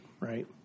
right